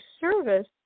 service